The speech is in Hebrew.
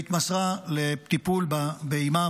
והתמסרה לטיפול באימה,